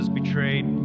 betrayed